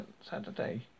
Saturday